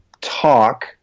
talk